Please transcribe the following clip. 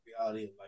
reality